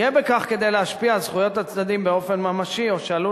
יהיה בכך כדי להשפיע על זכויות הצדדים באופן ממשי או שעלול